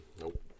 Nope